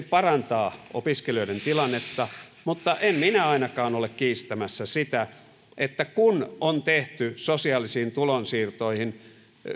parantaa opiskelijoiden tilannetta mutta en minä ainakaan ole kiistämässä sitä että kun on tehty sosiaalisiin tulonsiirtoihin